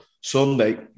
Sunday